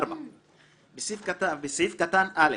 4. בסעיף קטן (א),